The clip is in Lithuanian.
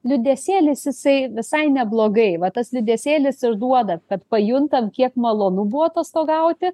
judesėlis jisai visai neblogai va tas judesėlis ir duoda kad pajuntam kiek malonu buvo atostogauti